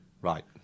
Right